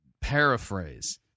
paraphrase